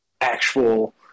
actual